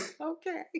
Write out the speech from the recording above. Okay